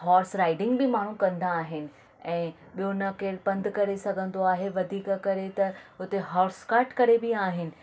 horse riding बि माण्हू कंदा आहिनि ऐं ॿियो न केर पंधु करे सघंदो आहे वधीक करे त हुते हॉर्स कट करे बि आहिनि